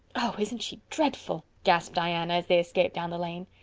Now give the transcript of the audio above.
oh, isn't she dreadful? gasped diana, as they escaped down the lane.